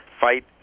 fight